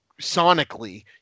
sonically